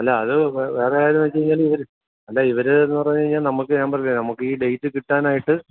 അല്ല അത് വേറെ ഒരു കാര്യമെന്നു വച്ചു കഴിഞ്ഞാൽ ഇവർ അല്ല ഇവരെന്ന് പറഞ്ഞു കഴിഞ്ഞാൽ നമുക്ക് ഞാൻ പറഞ്ഞില്ലേ നമുക്ക് ഈ ഡേറ്റ് കിട്ടാനായിട്ട്